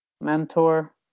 mentor